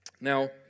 Now